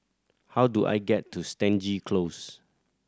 how do I get to Stangee Close